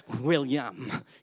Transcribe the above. William